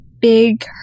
big